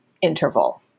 interval